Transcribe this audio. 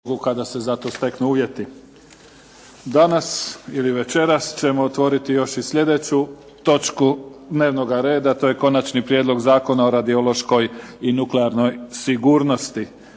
**Mimica, Neven (SDP)** Danas ili večeras ćemo otvoriti još i slijedeću točku dnevnoga reda. - Prijedlog zakona o radiološkoj i nuklearnoj sigurnosti,